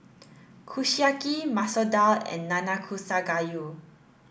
Kushiyaki Masoor Dal and Nanakusa Gayu